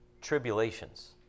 tribulations